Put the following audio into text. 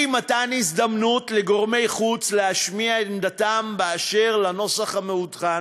אי-מתן הזדמנות לגורמי חוץ להשמיע עמדתם באשר לנוסח המעודכן,